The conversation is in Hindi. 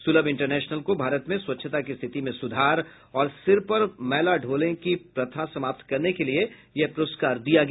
सुलभ इंटरनेशनल को भारत में स्वच्छता की स्थिति में सुधार और सिर पर मैला ढोने की प्रथा समाप्त करने के लिए यह प्रस्कार दिया गया